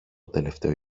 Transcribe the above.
τελευταίο